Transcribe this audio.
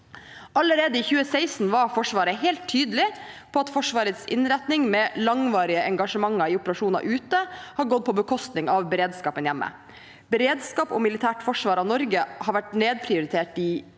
Allerede i 2016 var Forsvaret helt tydelig på at Forsvarets innretning med langvarige engasjementer i operasjoner ute har gått på bekostning av beredskapen hjemme. Beredskap og militært forsvar av Norge har vært nedprioritert i